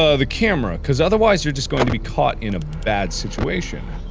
ah the camera, cause otherwise you're just going to be caught in a bad situation